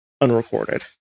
unrecorded